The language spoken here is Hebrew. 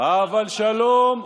אבל שלום,